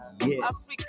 Yes